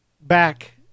back